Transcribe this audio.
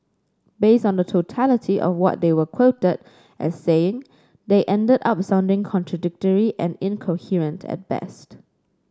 based on the totality of what they were quoted as saying they ended up sounding contradictory and incoherent at best